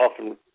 often